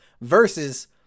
versus